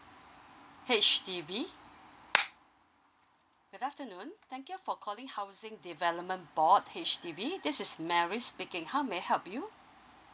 H_D_B good afternoon thank you for calling housing development board H_D_B this is mary speaking how may I help you